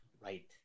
Right